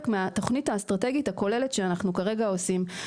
מהתוכנית האסטרטגית הכוללת שאנחנו כרגע עושים.